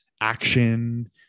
action